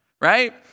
right